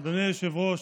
אדוני היושב-ראש,